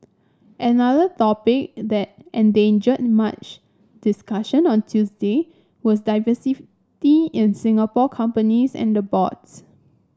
another topic that engendered much discussion on Tuesday was diversity in Singapore companies and boards